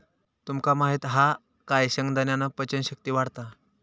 तुमका माहित हा काय शेंगदाण्यान पचन शक्ती वाढता